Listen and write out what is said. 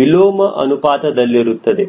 ವಿಲೋಮ ಅನುಪಾತದಲ್ಲಿರುತ್ತದೆ